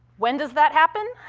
when does that happen?